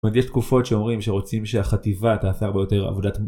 זאת אומרת יש תקופות שאומרים שרוצים שהחטיבה תעשה הרבה יותר עבודת